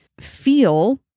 feel